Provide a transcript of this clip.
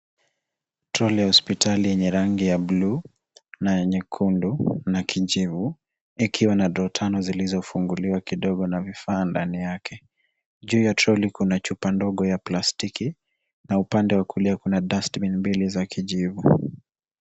Troli ya hospitali yenye rangi ya blue , na ya nyekundu, na kijivu, ikiwa na drawer tano zilizofunguliwa na vifaa ndani yake. Juu ya troli kuna chupa ndogo ya plastiki, na upande wa kulia kuna dustbin mbili za kijivu.